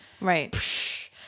Right